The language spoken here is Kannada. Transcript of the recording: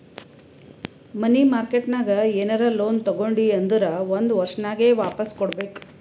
ಮನಿ ಮಾರ್ಕೆಟ್ ನಾಗ್ ಏನರೆ ಲೋನ್ ತಗೊಂಡಿ ಅಂದುರ್ ಒಂದ್ ವರ್ಷನಾಗೆ ವಾಪಾಸ್ ಕೊಡ್ಬೇಕ್